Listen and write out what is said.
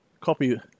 Copy